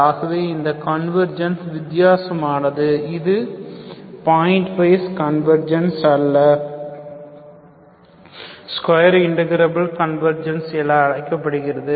ஆகவே இந்த கன்வர்ஜென்ஸ் வித்தியாசமானது இது பாயிண்ட் பைஸ் கன்வர்ஜென்ஸ் அல்ல ஸ்கொயர் இன்டர்கிராஃப் கன்வர்ஜென்ஸ் என அழைக்கப்படுகிறது